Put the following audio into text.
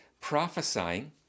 prophesying